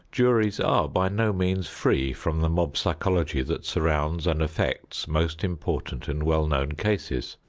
juries are by no means free from the mob psychology that surrounds and affects most important and well-known cases.